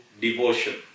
devotion